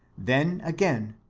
then, again,